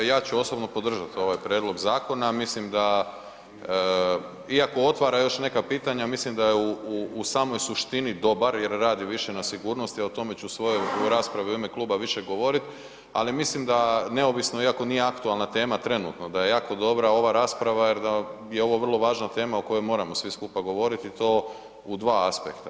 Ja ću osobno podržati ovaj prijedlog zakona, mislim da iako otvara još neka pitanja, mislim da je u samoj suštini dobar jer radi više na sigurnosti, o tome ću svoje u raspravu u ime kluba više govorit, ali mislim da neovisno iako nije aktualna tema trenutno da je jako dobra ova rasprava jer da je ovo vrlo važna tema o kojoj moramo svi skupa govoriti i to u dva aspekta.